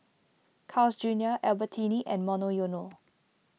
Carl's Junior Albertini and Monoyono